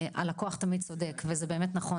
ולהגיד "הלקוח תמיד צודק" וזה באמת נכון,